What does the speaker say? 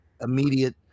immediate